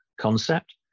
concept